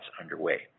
underway